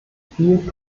viel